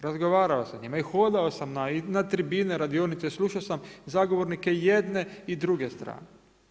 Razgovarao sa njima i hodao sam na tribine, radionice, slušao sam zagovornike i jedne i druge strane.